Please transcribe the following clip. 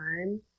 time